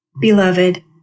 Beloved